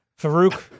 Farouk